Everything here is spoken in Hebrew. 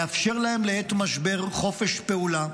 לאפשר להם לעת משבר חופש פעולה,